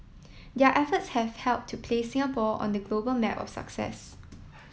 their efforts have helped to place Singapore on the global map of success